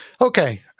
okay